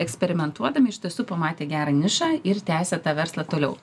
eksperimentuodami iš tiesų pamatė gerą nišą ir tęsia tą verslą toliau